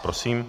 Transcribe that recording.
Prosím.